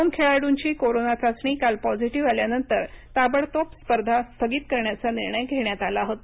दोन खेळाडूंची कोरोना चाचणी काल पॉझिटिव्ह आल्यानंतर ताबडतोब स्पर्धा स्थगित करण्याचा निर्णय घेण्यात आला होता